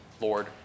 Lord